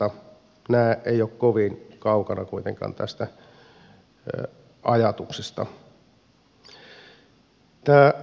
nämä eivät ole kovin kaukana kuitenkaan tästä ajatuksesta